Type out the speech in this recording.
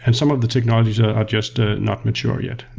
and some of the technologies are are just ah not mature yet.